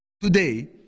today